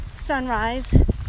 sunrise